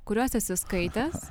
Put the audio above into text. kuriuos esi skaitęs